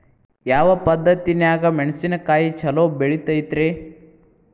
ಯಾವ ಪದ್ಧತಿನ್ಯಾಗ ಮೆಣಿಸಿನಕಾಯಿ ಛಲೋ ಬೆಳಿತೈತ್ರೇ?